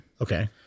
Okay